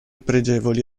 pregevoli